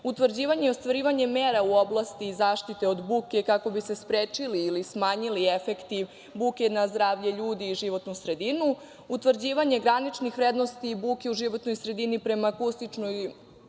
utvrđivanje i ostvarivanje mera u oblasti zaštite od buke kako bi se sprečili ili smanjili efekti buke na zdravlje ljudi i životnu sredinu, utvrđivanje graničnih vrednosti buke u životnoj sredini prema akustičnoj